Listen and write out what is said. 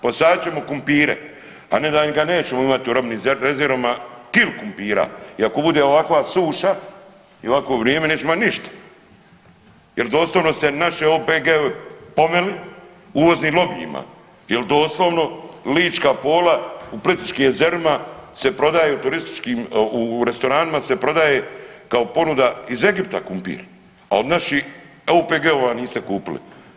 Posadit ćemo kumpire, a ne da ga im ga nećemo imati u robnim rezervama kilu kumpira i ako bude ovakva suša i ovakvo vrijeme nećemo imati ništa jer doslovno ste naše OPG-ove pomeli uvoznim lobijima jer doslovno lička pola u Plitvičkim jezerima se prodaje u turističkim, u restoranima se prodaje kao ponuda iz Egipta kumpir, a od naših OPG-ova niste kupili.